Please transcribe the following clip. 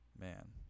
man